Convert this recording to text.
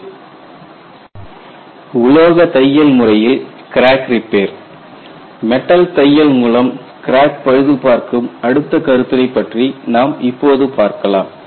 Crack Repair by Metal Stitching உலோகத் தையல் முறையில் கிராக் ரிப்பேர் மெட்டல் தையல் மூலம் கிராக் பழுதுபார்க்கும் அடுத்த கருத்தினை பற்றி நாம் இப்போது பார்க்கலாம்